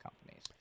companies